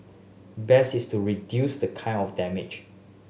best is to reduce the kind of damage